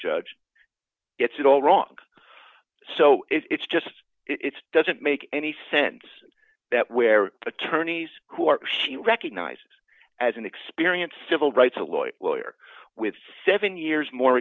judge gets it all wrong so it's just it's doesn't make any sense that where attorneys who are recognizes as an experienced civil rights a lawyer with seven years more